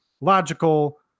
logical